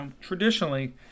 Traditionally